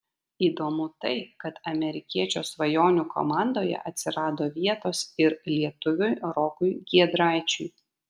įdomu tai kad amerikiečio svajonių komandoje atsirado vietos ir lietuviui rokui giedraičiui